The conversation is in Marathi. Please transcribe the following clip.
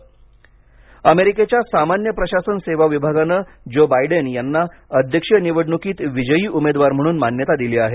अमेरिका अमेरिकेच्या सामान्य प्रशासन सेवा विभागान जो बायडेन यांना अध्यक्षीय निवडणुकीत विजयी उमेदवार म्हणून मान्यता दिली आहे